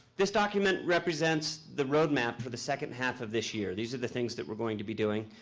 this document represents the roadmap for the second half of this year. these are the things that we're going to be doing.